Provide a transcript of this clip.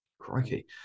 Crikey